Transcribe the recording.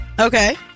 Okay